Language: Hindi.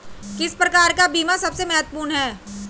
किस प्रकार का बीमा सबसे महत्वपूर्ण है?